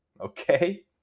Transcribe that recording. okay